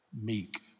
meek